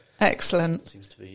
excellent